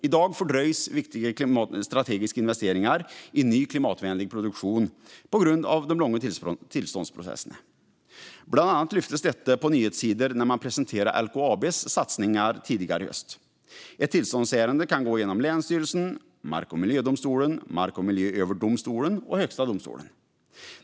I dag fördröjs viktiga strategiska investeringar i ny klimatvänlig produktion på grund av de långa tillståndsprocesserna. Bland annat lyftes detta på nyhetssidor när man presenterade LKAB:s satsningar tidigare i höst. Ett tillståndsärende kan gå genom länsstyrelsen, mark och miljödomstolen, Mark och miljööverdomstolen och Högsta domstolen.